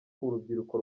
urubyiruko